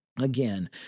Again